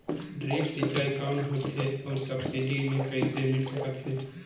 Drip सिंचाई कौन होथे अउ सब्सिडी मे कइसे मिल सकत हे?